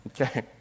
Okay